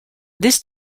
this